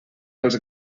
els